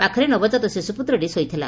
ପାଖରେ ନବଜାତ ଶିଶୁପୁତ୍ରଟି ଶୋଇଥିଲା